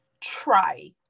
try